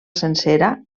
sencera